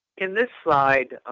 in this slide,